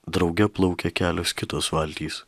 drauge plaukė kelios kitos valtys